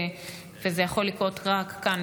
וזה יכול לקרות רק כאן,